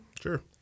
Sure